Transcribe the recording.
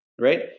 right